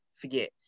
forget